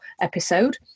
episode